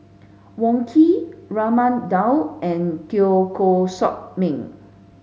Wong Keen Raman Daud and Teo Koh Sock Miang